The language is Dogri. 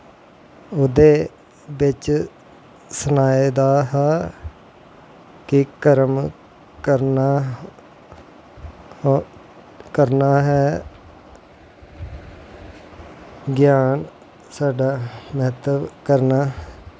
उ'दे बिच्च सनाए दा हा कि कर्म करना करना है ज्ञान साढ़ा मतलब करना